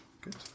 Good